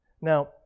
Now